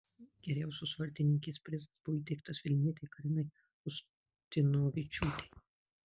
geriausios vartininkės prizas buvo įteiktas vilnietei karinai ustinovičiūtei